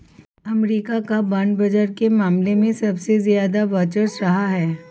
अमरीका का बांड बाजार के मामले में सबसे ज्यादा वर्चस्व रहा है